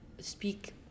speak